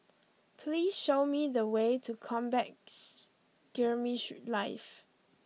please show me the way to Combat Skirmish Live